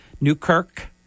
Newkirk